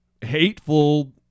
hateful